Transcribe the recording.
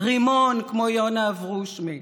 רימון, כמו יונה אברושמי,